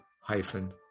hyphen